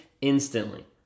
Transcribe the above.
instantly